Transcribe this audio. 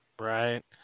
Right